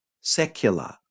secular